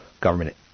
government